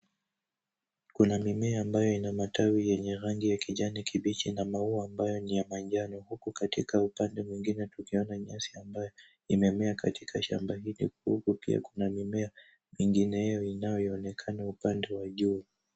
Kuna mimea ambayo ina matawi yenye rangi ya kijani kibichi na maua ambayo ni ya manjano, huku katika upande mwingine tukiona nyasi ambayo imemea katika shamba hili, huku pia kuna mimea mengineo inayoonekana upande wa juu.